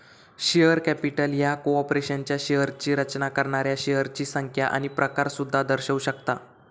share capital ह्या कॉर्पोरेशनच्या शेअर्सची रचना करणाऱ्या शेअर्सची संख्या आणि प्रकार सुद्धा दर्शवू शकता